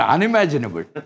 Unimaginable